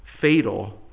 fatal